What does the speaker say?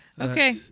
Okay